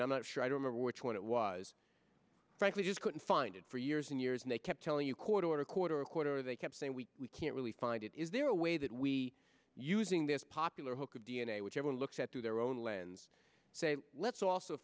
and i'm not sure i don't know which one it was frankly just couldn't find it for years and years and they kept telling you quarter to quarter a quarter they kept saying we we can't really find it is there a way that we using this popular hook of d n a which ever looked at through their own lens say let's also